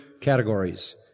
categories